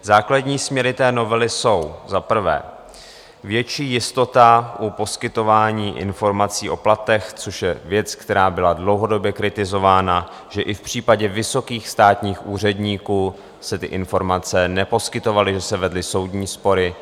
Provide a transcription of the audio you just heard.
Základní směry té novely jsou: za prvé větší jistota u poskytování informací o platech, což je věc, která byla dlouhodobě kritizována, že i v případě vysokých státních úředníků se ty informace neposkytovaly, že se vedly soudní spory.